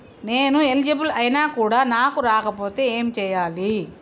నేను ఎలిజిబుల్ ఐనా కూడా నాకు రాకపోతే ఏం చేయాలి?